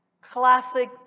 Classic